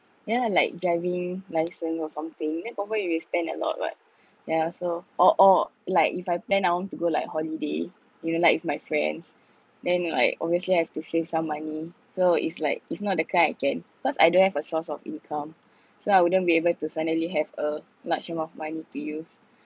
yeah like diving licence or something then probably you will spend a lot what yeah so or or like if I plan I want to go like holiday you know like with my friends then like obviously I have to save some money so it's like it's not the kind I can cause I don't have a source of income so I wouldn't be able to suddenly have a large amount of money to use